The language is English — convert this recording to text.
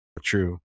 true